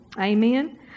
Amen